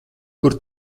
kur